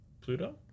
Pluto